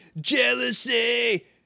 jealousy